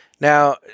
Now